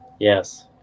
Yes